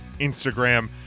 Instagram